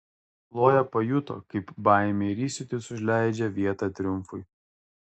kloja pajuto kaip baimė ir įsiūtis užleidžia vietą triumfui